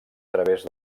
través